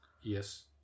Yes